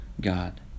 God